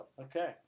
Okay